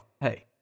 hey